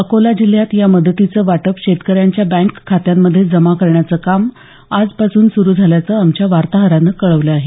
अकोला जिल्ह्यात या मदतीचं वाटप शेतकऱ्यांच्या बँक खात्यांमध्ये जमा करण्याचं काम आजपासून सुरू झाल्याचं आमच्या वातोहरानं कळवलं आहे